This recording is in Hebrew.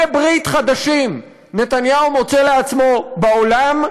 בעלי ברית חדשים נתניהו מוצא לעצמו בעולם,